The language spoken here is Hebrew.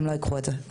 הן לא ייקחו את זה.